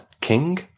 King